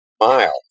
Mile